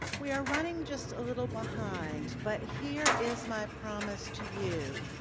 we are running just a little behind, but here is my promise to you.